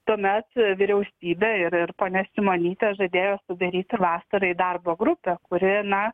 tuomet vyriausybė ir ir ponia šimonytė žadėjo sudaryti vasarai darbo grupę kuri na